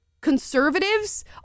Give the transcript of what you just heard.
conservatives